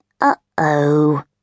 Uh-oh